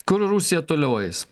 kur rusija toliau eis